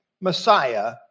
Messiah